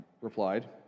replied